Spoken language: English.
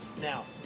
Now